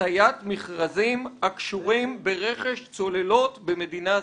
הטיית מכרזים הקשורים ברכש צוללות במדינה זרה".